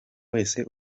wese